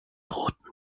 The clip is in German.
roten